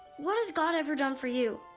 what has god ever done for you?